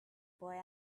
boy